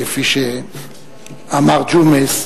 כפי שאמר ג'ומס,